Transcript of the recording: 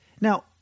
Now